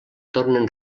tornen